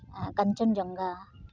ᱟᱨ ᱠᱟᱧᱪᱚᱱ ᱡᱚᱝᱜᱷᱟ